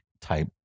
type